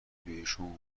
بهشون